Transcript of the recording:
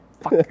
fuck